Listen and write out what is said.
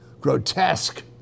grotesque